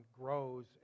grows